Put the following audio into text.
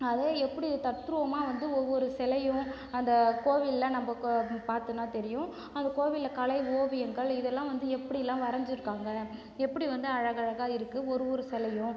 அதை எப்படி தத்ரூபமாக வந்து ஒவ்வொரு சிலைவும் அந்த கோவில்லாம் நம்ம கு பார்த்தோம்ன்னா தெரிவும் அந்த கோவிலில் கலை ஓவியங்கள் இதெல்லாம் வந்து எப்படியெல்லாம் வரஞ்சிருக்காங்க எப்படி வந்து அழகழகாக இருக்கு ஒரு ஒரு சிலைவும்